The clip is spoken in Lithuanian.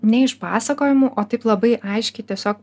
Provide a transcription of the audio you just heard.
ne iš pasakojimų o taip labai aiškiai tiesiog